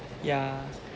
yeah